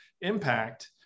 impact